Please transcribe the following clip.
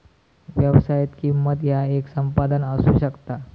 व्यवसायात, किंमत ह्या येक संपादन असू शकता